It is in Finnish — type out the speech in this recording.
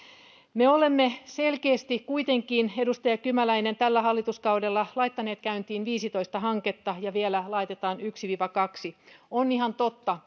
me olemme selkeästi kuitenkin edustaja kymäläinen tällä hallituskaudella laittaneet käyntiin viisitoista hanketta ja vielä laitetaan yksi viiva kaksi on ihan totta